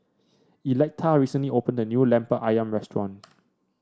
Electa recently opened a new lemper ayam restaurant